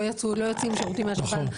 לא יוצאים שירותים מהשב"ן,